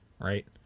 Right